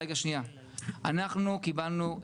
אנחנו קיבלנו,